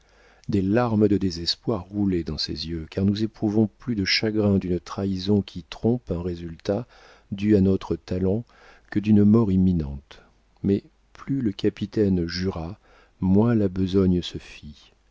des larmes de désespoir roulaient dans ses yeux car nous éprouvons plus de chagrin d'une trahison qui trompe un résultat dû à notre talent que d'une mort imminente mais plus le capitaine jura moins la besogne